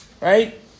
right